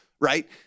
right